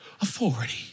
authority